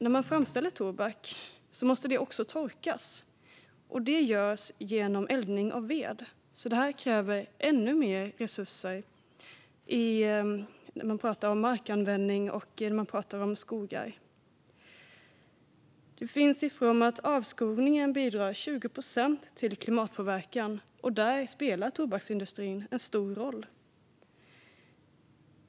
När man framställer tobak måste den också torkas, vilket görs genom eldning med ved. Det krävs alltså ännu mer resurser när man pratar om markanvändning och skogar. Avskogning står för 20 procent av klimatpåverkan, och där spelar tobaksindustrin en stor roll.